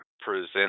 present